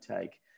take